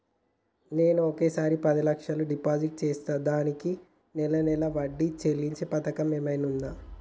నేను ఒకేసారి పది లక్షలు డిపాజిట్ చేస్తా దీనికి నెల నెల వడ్డీ చెల్లించే పథకం ఏమైనుందా?